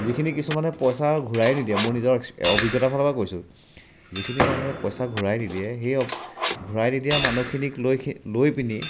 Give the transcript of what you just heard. যিখিনি কিছুমানে পইচা ঘূৰাই নিদিয়ে মোৰ নিজৰ অভিজ্ঞতাৰ ফালৰপৰা কৈছোঁ যিখিনি মানুহে পইচা ঘূৰাই নিদিয়ে সেই ঘূৰাই নিদিয়া মানুহখিনিক লৈ লৈ পিনি